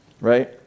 right